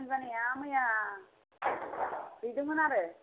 जानाया मैया हैदों मोन आरो